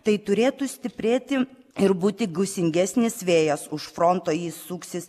tai turėtų stiprėti ir būti gūsingesnis vėjas už fronto jis suksis